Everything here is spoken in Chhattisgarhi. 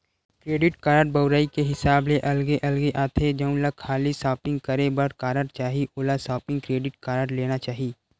क्रेडिट कारड बउरई के हिसाब ले अलगे अलगे आथे, जउन ल खाली सॉपिंग करे बर कारड चाही ओला सॉपिंग क्रेडिट कारड लेना चाही